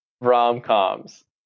rom-coms